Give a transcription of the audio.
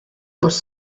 dos